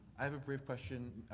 i have a brief question,